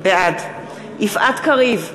בעד יפעת קריב,